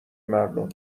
مردم